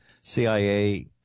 CIA